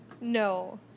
No